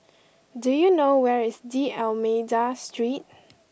do you know where is D'almeida Street